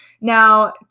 Now